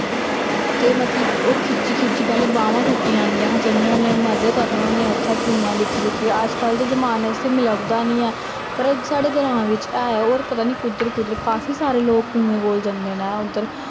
ते मतलब कि ओह् खिच्ची खिच्ची पैह्ले बाह्मां टुट्टी जंदियां हां अस जन्ने होन्ने मजे करने होन्ने उत्थै कुआं दिक्खी दिक्खियै अजकल्ल दे जमाने च ते लब्भदा निं ऐ पर साढ़े ग्रांऽ बिच्च ऐ ऐ होर पता निं कुद्धर कुद्धर काफी सारे लोग कुएं कोल जन्दे नै उधर